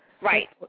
right